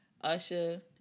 Usher